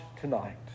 tonight